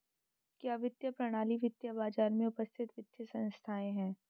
क्या वित्तीय प्रणाली वित्तीय बाजार में उपस्थित वित्तीय संस्थाएं है?